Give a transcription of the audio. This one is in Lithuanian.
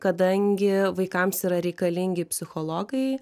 kadangi vaikams yra reikalingi psichologai